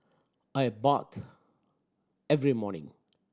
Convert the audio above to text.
I bathe every morning